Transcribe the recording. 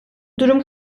durum